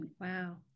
Wow